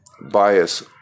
bias